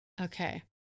Okay